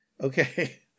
okay